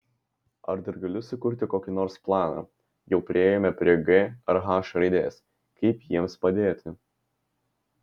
ar dar gali sukurti kokį nors planą jau priėjome prie g ar h raidės kaip jiems padėti